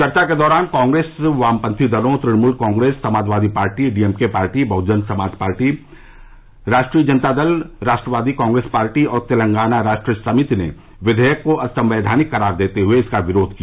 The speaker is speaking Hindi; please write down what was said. चर्चा के दौरान कांग्रेस वामपंथी दलों Trinamool Congress Samajwadi party D M K party Bahujan Samaj party Rashtriya Janata Dal Rashtrawadi Congress party और तेलांगना राष्ट्र समिति ने विधेयक को असंवैघानिक करार देते हुए इसका विरोध किया